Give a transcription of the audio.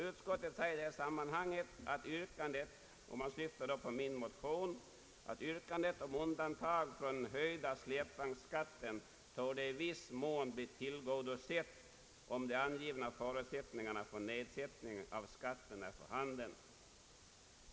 Utskottet säger i detta sammanhang att yrkandet i min motion om undantag från den höjda släpvagnsskatten i viss mån torde bli tillgodosett, om de angivna förutsättningarna för nedsättning av skatten är för handen.